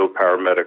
paramedic